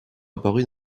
apparue